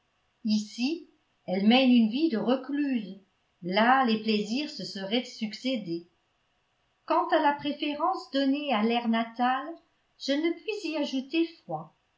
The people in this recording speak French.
ici elle mène une vie de recluse là les plaisirs se seraient succédé quant à la préférence donnée à l'air natal je ne puis y ajouter foi